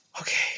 Okay